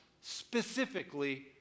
specifically